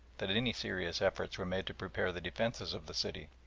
that any serious efforts were made to prepare the defences of the city.